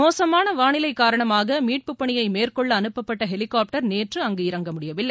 மோசமான வானிலை காரணமாக மீட்புப் பணியை மேற்கொள்ள அனுப்பப்பட்ட ஹெலிகாப்டர் நேற்று அங்கு இறங்க முடியவில்லை